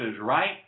right